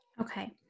okay